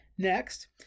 Next